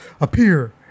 appear